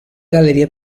galleria